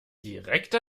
direkt